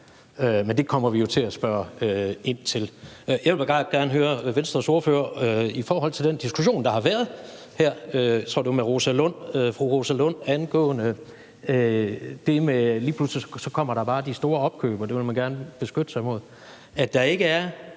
Men det kommer vi jo til at spørge ind til. Jeg vil gerne høre Venstres ordfører i forhold til den diskussion, der har været her – jeg tror, det var med fru Rosa Lund – angående det med, at der lige pludselig bare kommer de store opkøb, og at det vil man gerne beskytte sig imod. Der er ikke en